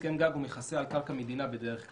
הסכם גג מכסה על קרקע מדינה בדרך כלל,